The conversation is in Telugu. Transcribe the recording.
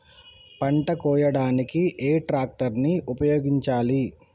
పంట కోయడానికి ఏ ట్రాక్టర్ ని ఉపయోగించాలి?